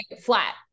flat